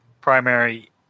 primary